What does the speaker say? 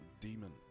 demon